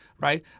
Right